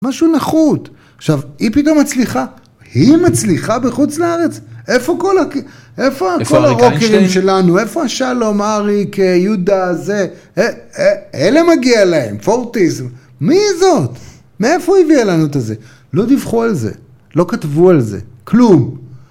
משהו נחות, עכשיו היא פתאום מצליחה, היא מצליחה בחוץ לארץ? איפה כל ה... איפה כל הרוקרים שלנו? איפה השלום, אריק, יהודה, זה? אלה מגיע להם, פורטיזם, מי זאת? מאיפה הביאה לנו את הזה? לא דיווחו על זה, לא כתבו על זה, כלום.